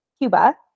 Cuba